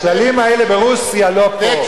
הכללים האלה ברוסיה, לא פה.